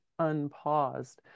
unpaused